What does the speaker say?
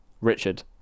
Richard